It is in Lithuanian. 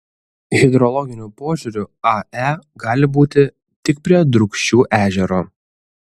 hidrologiniu požiūriu ae gali būti tik prie drūkšių ežero